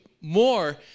more